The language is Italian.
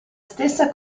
stessa